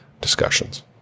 discussions